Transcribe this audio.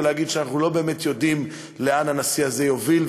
ולהגיד שאנחנו לא באמת יודעים לאן הנשיא הזה יוביל,